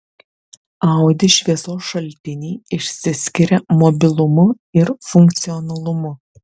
audi šviesos šaltiniai išsiskiria mobilumu ir funkcionalumu